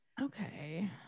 Okay